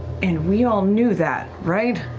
and we all knew that, right?